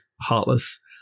heartless